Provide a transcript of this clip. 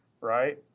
right